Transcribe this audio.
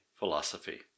philosophy